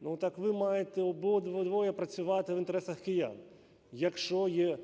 Ну, так ви маєте обидвоє працювати в інтересах киян. Якщо є